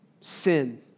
sin